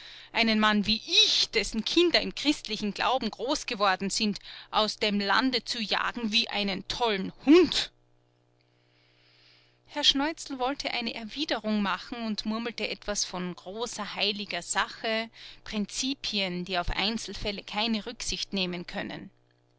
einen mann wie ich dessen kinder im christlichen glauben groß geworden sind aus dem lande zu jagen wie einen tollen hund herr schneuzel wollte eine erwiderung machen und murmelte etwas von großer heiliger sache prinzipien die auf einzelfälle keine rücksicht nehmen können